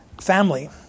family